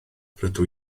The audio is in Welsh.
rydw